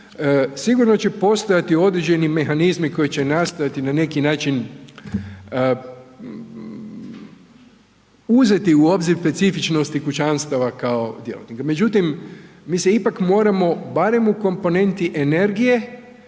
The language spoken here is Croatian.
Sigurno će postojati određeni mehanizmi koji će nastojati na neki način uzeti u obzir specifičnosti kućanstava kao djelatnika. Međutim, mi se ipak moramo barem u komponenti energije,